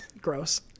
Gross